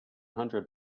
hundred